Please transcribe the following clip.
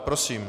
Prosím.